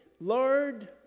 Lord